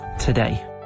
today